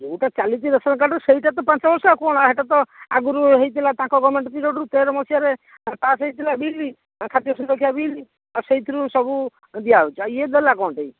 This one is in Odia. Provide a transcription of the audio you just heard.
ଯୋଉଟା ତ ଚାଲିଛି ରାସନ୍ କାର୍ଡ଼ରୁ ସେଇଟା ତ ପାଞ୍ଚ ବର୍ଷ ଆଉ କ'ଣ ସେଇଟା ତ ଆଗରୁ ହେଇଥିଲା ତାଙ୍କ ଗଭ୍ମେଣ୍ଟ୍ ପିରିୟ୍ଡ଼ରେ ତେର ମସିହାରେ ପାସ୍ ହେଇଥିଲା ବିଲ୍ ଖାଦ୍ୟ ସୁରକ୍ଷା ବିଲ୍ ଆଉ ସେଇଥିରୁ ସବୁ ଦିଆ ହେଉଛି ଆଉ ଇଏ ଦେଲା କ'ଣଟା